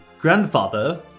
Grandfather